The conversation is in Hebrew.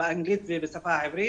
אנגלית ועברית,